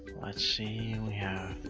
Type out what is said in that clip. let's see. and we have